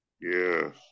Yes